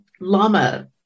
Lama